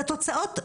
והתוצאות,